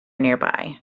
nearby